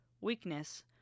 weakness